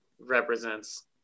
represents